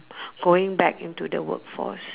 going back into the workforce